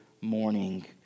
morning